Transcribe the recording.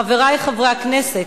חברי חברי הכנסת,